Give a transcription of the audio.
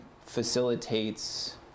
facilitates